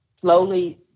slowly